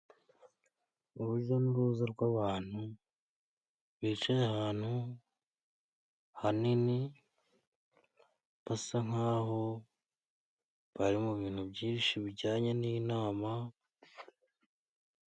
Urujya n'uruza rw'abantu bicaye ahantu hanini, basa nk'aho bari mu bintu byinshi bijanye n'inama.